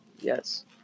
Yes